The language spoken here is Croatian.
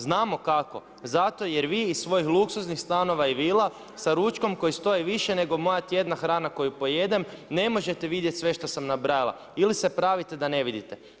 Znamo kako, zato jer vi iz svojih luksuznih stanova i vila sa ručkom koji stoji više moja tjedna hrana koju pojedem ne možete vidjeti sve što sam nabrajala ili se pravite da ne vidite.